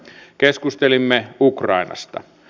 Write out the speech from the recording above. keskustelimme ukrainasta